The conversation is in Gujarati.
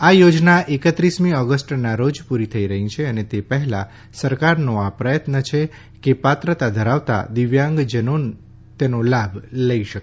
આ યો ના એકત્રીસમી ઓગષ્ટના રો પુરી થઇ રહી છ અન ત પહેલા સરકારનો આ પ્રથત્ન છ કે પાત્રતા ધરાવતા દિવ્યાંગ નો તમ્રો લાભ લઇ શકે